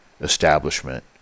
establishment